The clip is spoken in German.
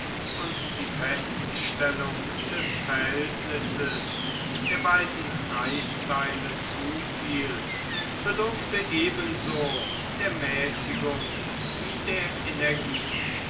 und die feststellung des verhältnisses der beiden reichsteile zufiel bedurfte ebensosehr der mäßigung wie der energie